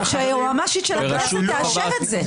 שהיועמ"שית של הכנסת תאשר את זה.